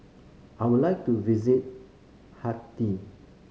I would like to visit Haiti